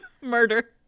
murder